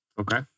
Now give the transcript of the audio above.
Okay